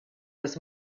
was